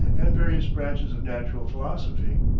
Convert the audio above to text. and various branches of natural philosophy.